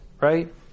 right